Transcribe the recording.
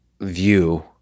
view